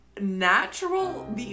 natural